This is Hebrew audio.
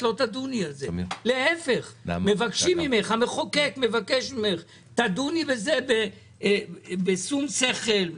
להפך המחוקק מבקש ממך: תדוני בזה בשום שכל,